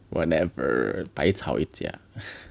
whatever 白吵一架